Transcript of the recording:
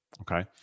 Okay